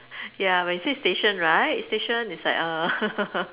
ya when you say station right station is like err